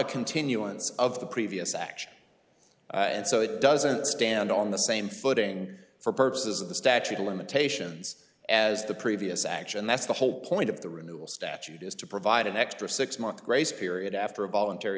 continuance of the previous action and so it doesn't stand on the same footing for purposes of the statute of limitations as the previous action that's the whole point of the renewal statute is to provide an extra six month grace period after a voluntary